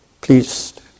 please